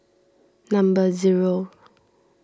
number zero